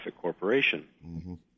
corporation